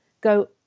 go